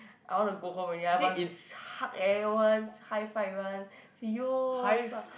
I want to go home already I must hug everyone hi five everyone say yo what's up